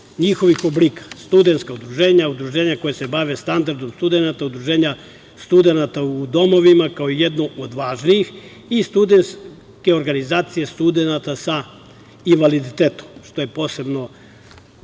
njihovih oblika: studentska udruženja, udruženja koja se bave standardom studenata, udruženja studenata u domovima, kao jedno od važnijih, i studentske organizacije studenata sa invaliditetom, što je posebno